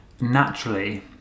naturally